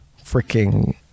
freaking